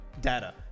Data